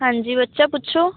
ਹਾਂਜੀ ਬੱਚਾ ਪੁੱਛੋ